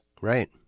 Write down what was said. Right